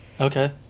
Okay